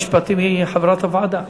שרת המשפטים היא חברת הוועדה.